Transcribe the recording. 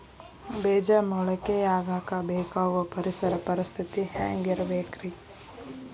ಬೇಜ ಮೊಳಕೆಯಾಗಕ ಬೇಕಾಗೋ ಪರಿಸರ ಪರಿಸ್ಥಿತಿ ಹ್ಯಾಂಗಿರಬೇಕರೇ?